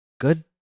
Good